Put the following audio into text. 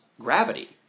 gravity